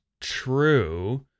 true